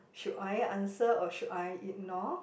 should I answer or should I ignore